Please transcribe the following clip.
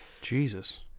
Jesus